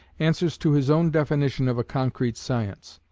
answers to his own definition of a concrete science.